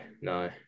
no